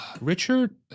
Richard